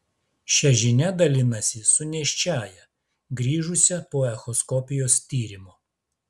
šia žinia dalinasi su nėščiąja grįžusia po echoskopijos tyrimo